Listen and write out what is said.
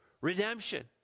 redemption